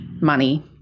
money